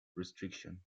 restriction